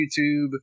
YouTube